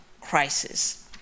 crisis